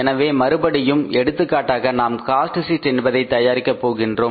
எனவே மறுபடியும் எடுத்துக்காட்டாக நாம் காஸ்ட் சீட் என்பதை தயாரிக்க போகின்றோம்